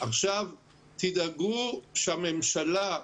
עכשיו תדאגו שהממשלה,